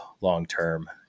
long-term